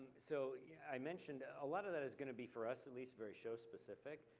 so i mentioned, a lot of that is gonna be for us at least, very show specific.